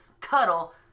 cuddle